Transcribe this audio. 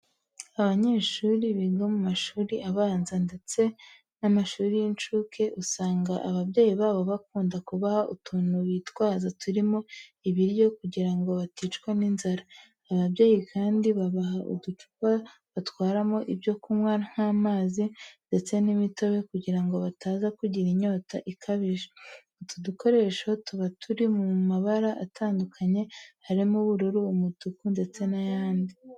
Abanyeshuri biga mu mashuri abanza, ndetse na mashuri y'incuke, usanga ababyeyi babo bakunda kubaha utuntu bitwaza turimo ibiryo kugira ngo baticwa n'inzara, ababyeyi kandi babaha uducupa batwaramo ibyo kunywa nk'amazi, ndetse n'imitobe kugira ngo bataza kugira inyota ikabije. Utu dukoresho tuba turi mu mabara atandukanye, harimo ubururu, umutuku, ndetse n'ayandi.